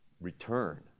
return